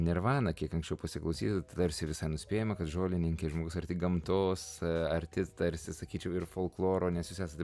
nirvaną kiek anksčiau pasiklausyti tai tarsi visai nuspėjama kad žolininkė žmogus arti gamtos arti tarsi sakyčiau ir folkloro nes jūs esate